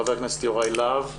ח"כ יוראי להב בבקשה.